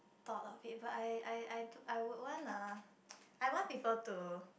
thought of it but I I I I would want a I want people to